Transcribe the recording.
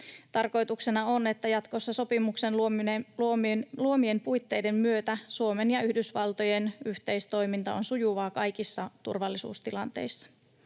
Tarkoituksena on, että jatkossa sopimuksen luomien puitteiden myötä Suomen ja Yhdysvaltojen yhteistoiminta on sujuvaa kaikissa turvallisuustilanteissa.